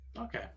Okay